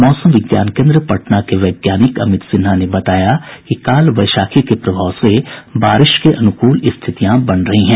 मौसम विज्ञान केन्द्र पटना के वैज्ञानिक अमित सिन्हा ने बताया कि काल वैशाखी के प्रभाव से बारिश के अनुकूल स्थितियां बन रही हैं